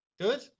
good